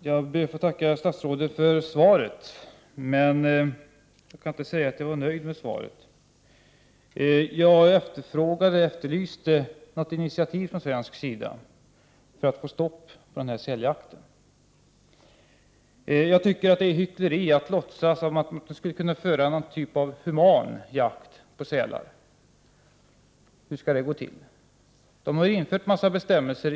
Jag ber att få tacka statsrådet för svaret. Däremot kan jag inte säga att jag var nöjd med svaret. Jag efterlyste något initiativ från svensk sida för att få stopp på säljakten. Jag tycker att det är hyckleri att låtsas att man skulle kunna bedriva någon typ av human jakt på sälar. Hur skulle det gå till? I Norge har man infört en mängd bestämmelser.